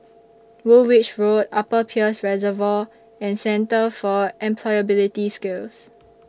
Woolwich Road Upper Peirce Reservoir and Centre For Employability Skills